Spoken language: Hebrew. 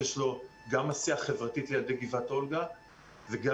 שיש לו גם עשייה חברתית לילדי גבעת אולגה וגם